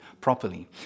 properly